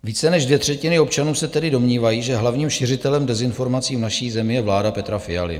Více než dvě třetiny občanů se tedy domnívají, že hlavním šiřitelem dezinformací v naší zemi je vláda Petra Fialy.